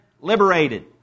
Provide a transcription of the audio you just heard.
liberated